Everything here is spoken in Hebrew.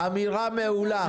אמירה מעולה.